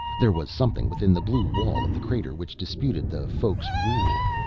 there was something within the blue wall of the crater which disputed the folk's rule.